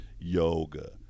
yoga